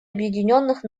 объединенных